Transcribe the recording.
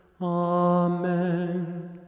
Amen